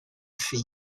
fee